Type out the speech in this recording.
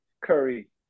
Curry